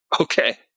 Okay